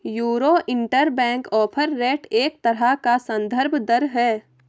euro interbank offer rate एक तरह का सन्दर्भ दर है